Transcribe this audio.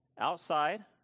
outside